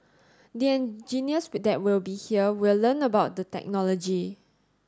the engineers that will be here will learn about the technology